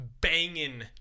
banging